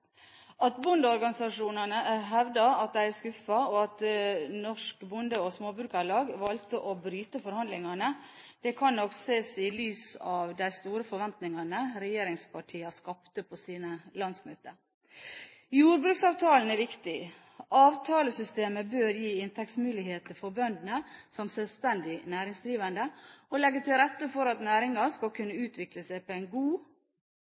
At bondeorganisasjonene hevder de er skuffet og at Norsk Bonde- og Småbrukarlag valgte å bryte forhandlingene, kan nok ses i lys av de store forventninger regjeringspartiene skapte på sine landsmøter. Jordbruksavtalen er viktig. Avtalesystemet bør gi inntektsmuligheter for bøndene som selvstendig næringsdrivende, og legge til rette for at næringen skal kunne utvikle seg på en god